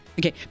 Okay